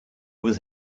was